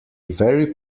very